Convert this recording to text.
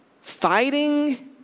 fighting